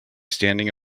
standing